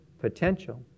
potential